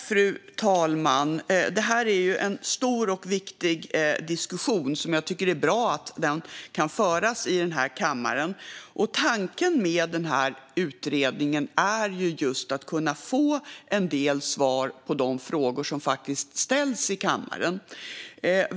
Fru talman! Det här är en stor och viktig diskussion, och jag tycker att det är bra att den kan föras i den här kammaren. Tanken med utredningen är att få en del svar på de frågor som ställs här.